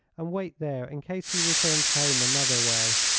and wait there in case he returns home another way.